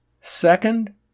Second